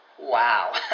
Wow